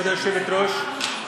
כבוד היושבת-ראש,